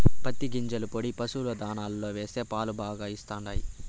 పత్తి గింజల పొడి పశుల దాణాలో వేస్తే పాలు బాగా ఇస్తండాయి